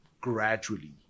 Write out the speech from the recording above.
gradually